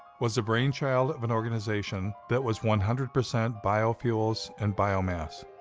was the brain child of an organization that was one hundred percent biofuels and biomass.